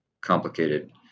complicated